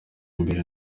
imbere